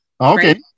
Okay